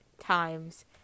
times